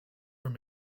were